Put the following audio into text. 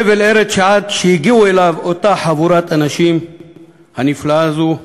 חבל ארץ שעד שהגיעה אליו אותה חבורת האנשים הנפלאה הזאת,